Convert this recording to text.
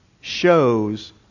shows